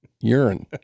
urine